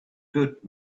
good